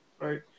right